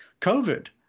COVID